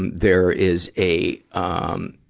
and there is a, um,